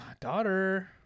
daughter